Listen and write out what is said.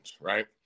right